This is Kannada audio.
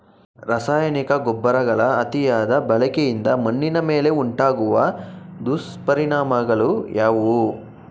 ರಾಸಾಯನಿಕ ಗೊಬ್ಬರಗಳ ಅತಿಯಾದ ಬಳಕೆಯಿಂದ ಮಣ್ಣಿನ ಮೇಲೆ ಉಂಟಾಗುವ ದುಷ್ಪರಿಣಾಮಗಳು ಯಾವುವು?